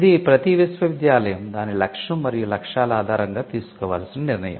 ఇది ప్రతీ విశ్వవిద్యాలయం దాని లక్ష్యం మరియు లక్ష్యాల ఆధారంగా తీసుకోవలసిన నిర్ణయం